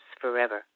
forever